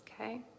Okay